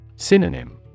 Synonym